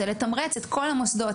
זה לתמרץ את כל המוסדות,